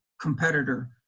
competitor